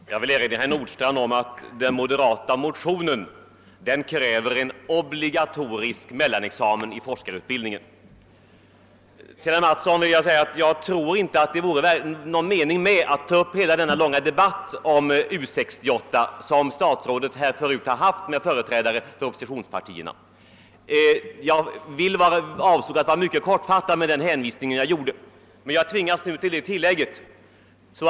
Herr talman! Jag vill erinra herr Nordstrandh om att det i den moderata motionen krävs en obligatorisk mellanexamen i forskarutbildningen. Till herr Mattsson vill jag säga att jag inte tror att det vore någon mening med att nu ta om den långa debatt om U 68 som statsrådet tidigare i dag fört med företrädare för oppositionspartierna. Med den hänvisning jag gjorde avsåg jag att vara mycket kortfattad.